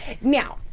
Now